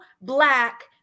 black